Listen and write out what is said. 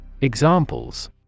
Examples